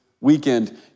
weekend